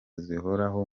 zihoraho